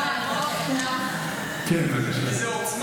כן, בבקשה.